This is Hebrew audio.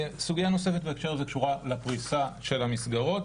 נוספת בהקשר הזה קשורה לפריסה של המסגרות.